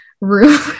room